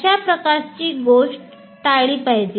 अशा प्रकारची गोष्ट टाळली पाहिजे